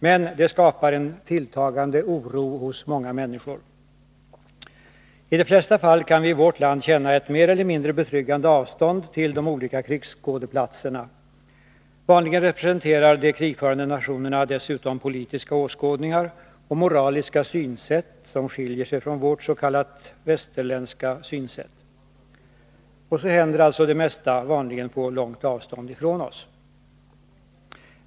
Men det skapar en tilltagande oro hos många människor. I de flesta fall kan vi i vårt land känna ett mer eller mindre betryggande avstånd till de olika krigsskådeplatserna. Vanligen representerar de krigförande nationerna dessutom politiska åskådningar och moraliska synsätt som skiljer sig från vårt s.k. västerländska synsätt. Och så händer det mesta vanligen på långt avstånd från oss.